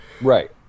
Right